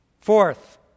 Fourth